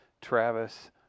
Travis